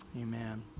amen